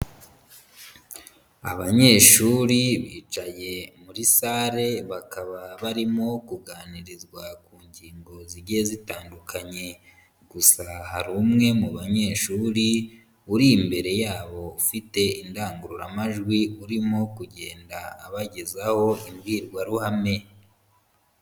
Abanyeshuri bicaye muri sale, bakaba barimo kuganirirwa ku ngingo zigiye zitandukanye gusa hari umwe mu banyeshuri uri imbere yabou fite indangururamajwi, urimo kugenda abagezaho imbwirwaruhame.